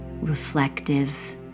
reflective